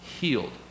healed